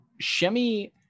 shemi